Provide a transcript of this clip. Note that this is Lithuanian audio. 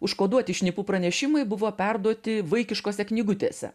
užkoduoti šnipų pranešimai buvo perduoti vaikiškose knygutėse